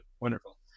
wonderful